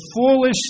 foolish